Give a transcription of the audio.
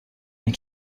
این